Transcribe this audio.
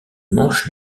manche